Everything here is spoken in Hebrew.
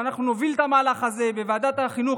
אנחנו נוביל את המהלך הזה בוועדת החינוך,